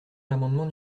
l’amendement